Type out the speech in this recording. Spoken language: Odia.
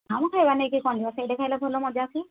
ନା ବା ଖାଇବା ନେଇ କି କ'ଣ ଯିବା ସେଇଠି ଖାଇଲେ ଭଲ ମଜା ଆସିବ